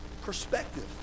perspective